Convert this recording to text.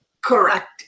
Correct